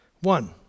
One